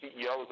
CEOs